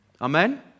Amen